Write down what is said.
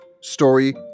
story